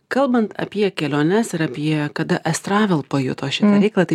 kalbant apie keliones ir apie kada estravel pajuto šitą reikalą tai